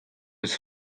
eus